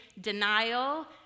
denial